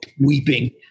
weeping